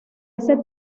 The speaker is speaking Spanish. ese